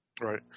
Right